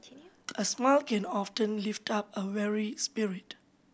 a smile can often lift up a weary spirit